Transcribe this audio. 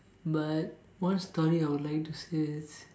but one story I would like to say is